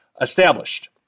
established